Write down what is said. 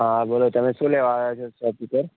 હા બોલો તમે શું લેવા આવ્યા છો શોપ ઉપર